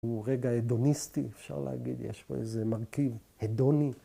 ‫הוא רגע הדוניסטי, אפשר להגיד, ‫יש פה איזה מרכיב הדוני.